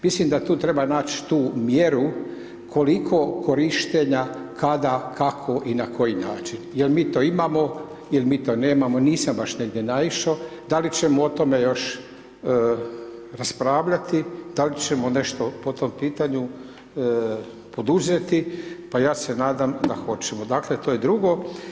Mislim da tu treba nać tu mjeru koliko korištenja, kada, kako i na koji način jel' mi to imamo, jel' mi to nemamo, nisam baš negdje naišao, da li ćemo o tome još raspravljati, da li ćemo nešto po tom pitanju poduzetim, pa ja se nadam da će hoćemo, dakle to je drugo.